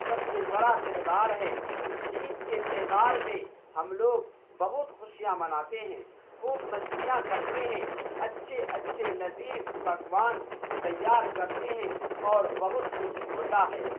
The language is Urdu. سب سے بڑا تہوار ہے اس عید کے تہوار میں ہم لوگ بہت خوشیاں مناتے ہیں خوب مستیاں کرتے ہیں اچھے اچھے لذیذ پکوان تیار کرتے ہیں اور بہت کچھ ہوتا ہے